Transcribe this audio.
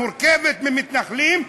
שמורכבת ממתנחלים,